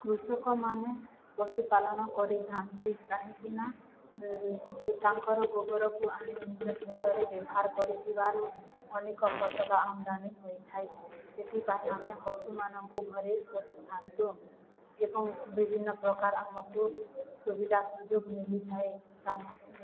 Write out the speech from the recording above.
କୃଷକମାନେ ପଶୁପାଳନ କରିଥାନ୍ତି କାହିଁକି ନା ତାଙ୍କର ଗୋବରକୁ ଆଣି ନିଜ କ୍ଷେତରେ ବ୍ୟବହାର କରିଥିବାରୁ ଅନେକ ଫସଲ ଆମଦାନୀ ହୋଇଥାଏ ସେଥିପାଇଁ ଆମେ ପଶୁମାନଙ୍କୁ ଘରେ ପୋଷିଥାନ୍ତି ଏବଂ ବିଭିନ୍ନ ପ୍ରକାର ଆମକୁ ସୁବିଧା ସୁଯୋଗ ମିଳିଥାଏ ତାଙ୍କ